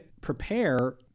prepare